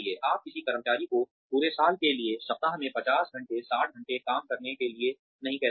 आप किसी कर्मचारी को पूरे साल के लिए सप्ताह में 50 घंटे 60 घंटे काम करने के लिए नहीं कह सकते